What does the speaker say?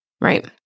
Right